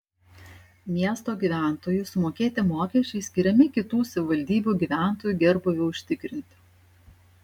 miesto gyventojų sumokėti mokesčiai skiriami kitų savivaldybių gyventojų gerbūviui užtikrinti